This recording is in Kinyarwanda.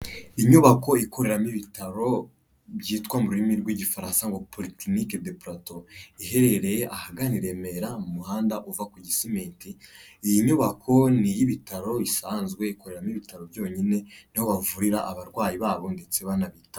Inyubako ikoreramo ibitaro byitwa mu rurimi rw'igifaransa ngo Policlinic de plateau iherereye ahagana i Remera mu muhanda uva ku gisimenti. Iyi nyubako ni iy'ibitaro isanzwe, ikoramo ibitaro byonyine ni ho bavurira abarwayi babo ndetse banabitaho.